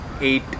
eight